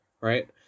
right